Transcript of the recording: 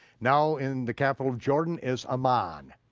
now in the capital of jordan is ammon,